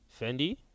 Fendi